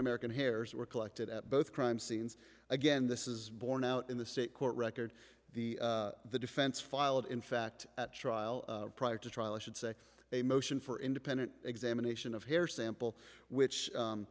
american hairs were collected at both crime scenes again this is borne out in the state court record the the defense filed in fact at trial prior to trial i should say a motion for independent examination of hair sample which